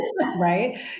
right